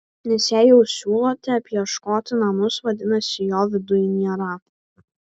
nes jei jau siūlote apieškoti namus vadinasi jo viduj nėra